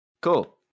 Cool